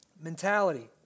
mentality